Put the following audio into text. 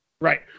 right